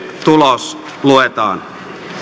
tulos luetaan